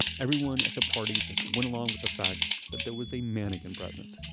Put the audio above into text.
everyone at the party just went along with the fact that there was a mannequin present.